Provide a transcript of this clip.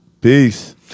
Peace